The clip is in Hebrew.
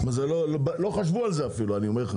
לא חשבו על זה אפילו, אני אומר לך.